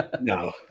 No